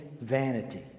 vanity